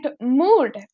mood